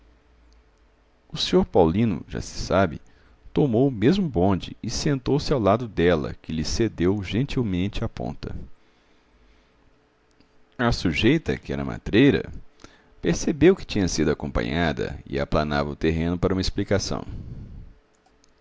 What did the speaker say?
o sr paulino já se sabe tomou o mesmo bonde e sentou-se ao lado dela que lhe cedeu gentilmente a ponta a sujeita que era matreira percebeu que tinha sido acompanhada e aplanava o terreno para uma explicação